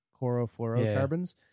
chlorofluorocarbons